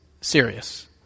serious